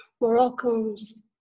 moroccans